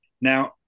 Now